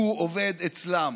הוא עובד אצלם.